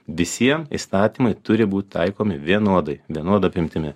visiem įstatymai turi būt taikomi vienodai vienoda apimtimi